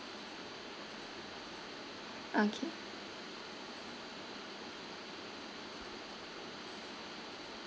okay